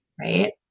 right